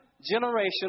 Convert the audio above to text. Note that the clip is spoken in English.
generation